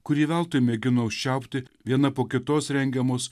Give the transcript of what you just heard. kurį veltui mėgino užčiaupti viena po kitos rengiamos